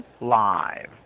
live